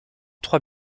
trois